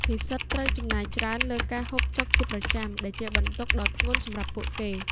និស្សិតត្រូវចំណាយច្រើនលើការហូបចុកជាប្រចាំ ដែលជាបន្ទុកដ៏ធ្ងន់សម្រាប់ពួកគេ។